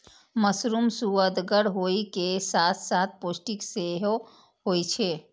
mushroom सुअदगर होइ के साथ साथ पौष्टिक सेहो होइ छै